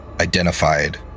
identified